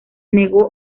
negó